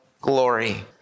glory